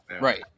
Right